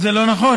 זה לא נכון.